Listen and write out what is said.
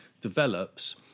develops